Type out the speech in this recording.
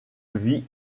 vit